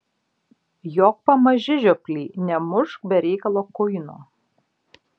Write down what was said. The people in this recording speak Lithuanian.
jok pamaži žioply nemušk be reikalo kuino